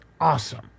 awesome